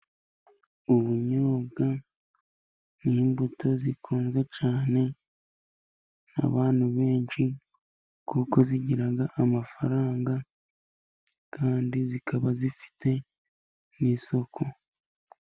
Ubunyobwa n'imbuto zikunzwe cyane,n' abantu benshi, kuko zigira amafaranga, kandi zikaba zifite n'isoko.